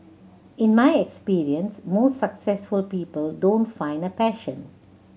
in my experience most successful people don't find a passion